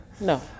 No